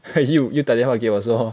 又又打电话给我说